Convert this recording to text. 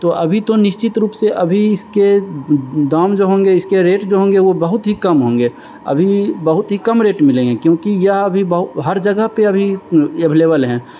तो अभी तो निश्चित रूप से अभी इसके दाम जो होंगे इसके रेट जो होंगे वो बहुत ही कम होंगे अभी बहुत ही कम रेट मिलेंगे क्योंकि यह अभी बहुत हर जगह पर अभी अवेलेबल है